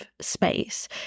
space